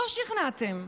לא שכנעתם.